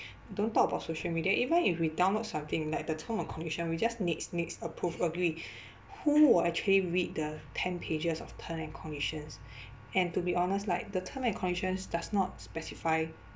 don't talk about social media even if we download something like the term or condition we just next next approve agree who will actually read the ten pages of term and conditions and to be honest like the term and conditions does not specify